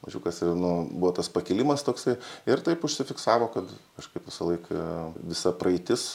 mažiukas ir nu buvo tas pakilimas toksai ir taip užsifiksavo kad kažkaip visą laiką visa praeitis